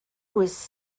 was